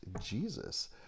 Jesus